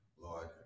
Lord